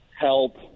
help